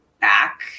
back